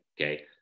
okay